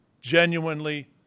genuinely